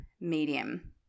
medium